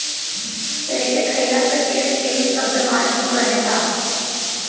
एके खइला से पेट के भी सब बेमारी दूर रहेला